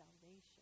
salvation